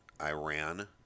Iran